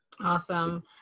Awesome